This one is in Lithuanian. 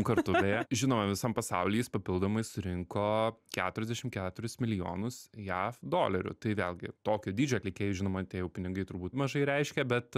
kartu beje žinome visam pasauly jis papildomai surinko keturiasdešim keturis milijonus jav dolerių tai vėlgi tokio dydžio atlikėjui žinoma tie jau pinigai turbūt mažai reiškia bet